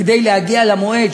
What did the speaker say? כדי להגיע למועד,